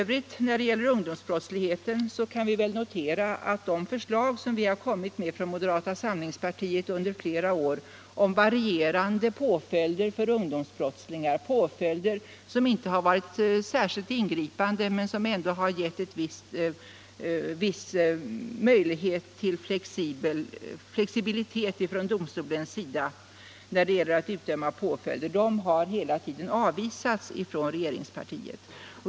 Vi har från moderata samlingspartiet under flera år lagt fram förslag om varierande påföljder för ungdomsbrottslingar — påföljder som inte varit särskilt ingripande men som ändå skulle ha givit viss möjlighet till flexibilitet från domstolens sida när det gäller att utdöma påföljder. De förslagen har varje gång avvisats av regeringspartiet.